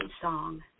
song